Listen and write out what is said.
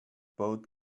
boat